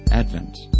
Advent